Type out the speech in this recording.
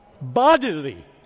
bodily